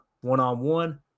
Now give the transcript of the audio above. one-on-one